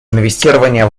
инвестирование